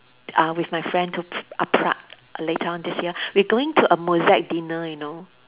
uh with my friend to p~ err Prague later on this year we going to a Mozart dinner you know